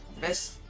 best